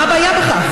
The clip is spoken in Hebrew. מה הבעיה בכך?